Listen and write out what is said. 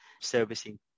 servicing